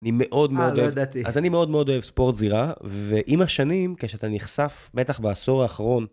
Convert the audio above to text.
אני מאוד מאוד אוהב... אז אני מאוד מאוד אוהב ספורט זירה, ועם השנים, כשאתה נחשף, בטח בעשור האחרון...